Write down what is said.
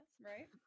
right